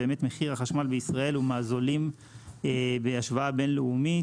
מחיר החשמל בישראל הוא באמת מהזולים בהשוואה בין-לאומית.